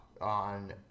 on